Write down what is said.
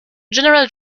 general